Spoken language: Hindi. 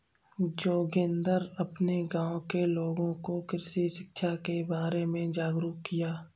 जोगिंदर अपने गांव के लोगों को कृषि शिक्षा के बारे में जागरुक किया